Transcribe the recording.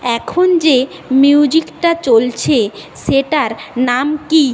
এখন যে মিউজিকটা চলছে সেটার নাম কী